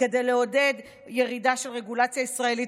כדי לעודד ירידה של רגולציה ישראלית